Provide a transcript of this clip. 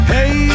Hey